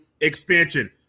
expansion